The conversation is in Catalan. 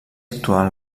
actual